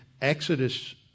Exodus